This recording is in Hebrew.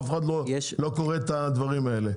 אף אחד לא קורא את הדברים האלה,